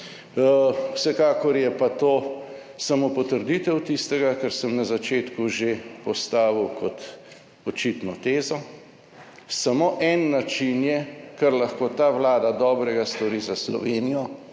Vsekakor je pa to samo potrditev tistega kar sem na začetku že postavil kot očitno tezo, samo en način je, kar lahko ta Vlada dobrega stori za Slovenijo